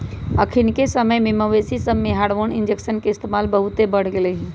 अखनिके समय में मवेशिय सभमें हार्मोन इंजेक्शन के इस्तेमाल बहुते बढ़ गेलइ ह